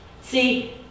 See